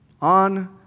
on